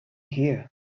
here